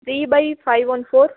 three by five one four